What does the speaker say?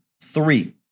three